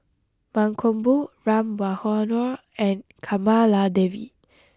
Mankombu Ram Manohar and Kamaladevi